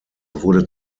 wurde